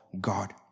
God